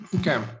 Okay